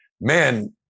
man